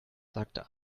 sagte